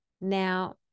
Now